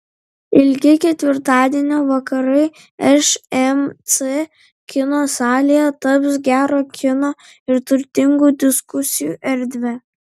ilgi ketvirtadienio vakarai šmc kino salėje taps gero kino ir turtingų diskusijų erdve